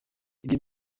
ibyo